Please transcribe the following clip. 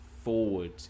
forward